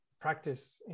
practice